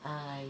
!aiya!